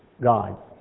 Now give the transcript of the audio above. God